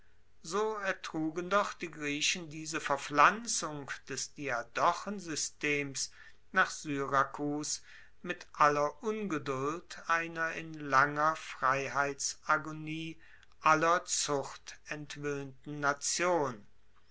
so ertrugen doch die griechen diese verpflanzung des diadochensystems nach syrakus mit aller ungeduld einer in langer freiheitsagonie aller zucht entwoehnten nation